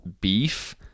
beef